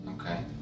Okay